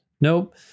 Nope